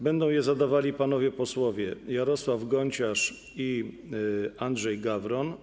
Będą je zadawali panowie posłowie Jarosław Gonciarz i Andrzej Gawron.